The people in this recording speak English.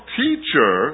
teacher